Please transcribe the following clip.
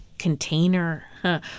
container